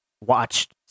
watched